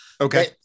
Okay